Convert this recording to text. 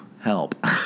help